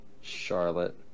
charlotte